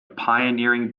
pioneering